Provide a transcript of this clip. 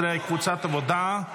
13, קבוצת העבודה.